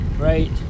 right